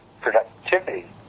productivity